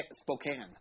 Spokane